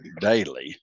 Daily